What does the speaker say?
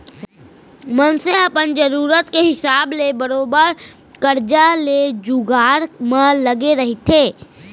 मनसे ह अपन जरुरत के हिसाब ले बरोबर करजा के जुगाड़ म लगे रहिथे